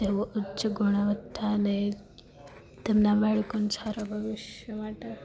એવું ઉચ્ચ ગુણવત્તાને તેમના બાળકોને સારા ભવિષ્ય માટે